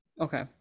okay